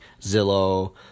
Zillow